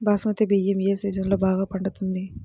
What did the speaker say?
బాస్మతి బియ్యం ఏ సీజన్లో బాగా పండుతుంది?